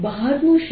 બહારનું શું